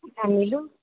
हँ मिलू